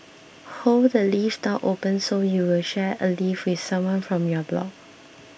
hold the lift door open so you'll share a lift with someone from your block